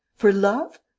for love?